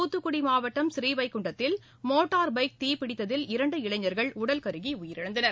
தூத்துக்குடி மாவட்டம் ஸ்ரீவைகுண்டத்தில் motor bike தீப்பிடித்ததில் இரண்டு இளைஞர்கள் உடல் கருகி உயிரிழந்தனர்